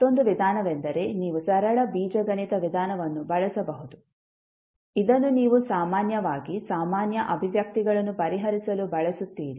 ಮತ್ತೊಂದು ವಿಧಾನವೆಂದರೆ ನೀವು ಸರಳ ಬೀಜಗಣಿತ ವಿಧಾನವನ್ನು ಬಳಸಬಹುದು ಇದನ್ನು ನೀವು ಸಾಮಾನ್ಯವಾಗಿ ಸಾಮಾನ್ಯ ಅಭಿವ್ಯಕ್ತಿಗಳನ್ನು ಪರಿಹರಿಸಲು ಬಳಸುತ್ತೀರಿ